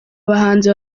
abahanzi